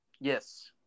Yes